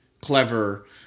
clever